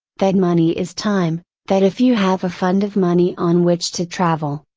that money is time, that if you have a fund of money on which to travel,